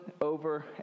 over